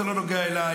זה לא נוגע אליי,